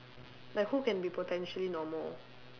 like who can be potentially normal